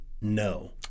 No